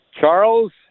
Charles